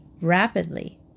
rapidly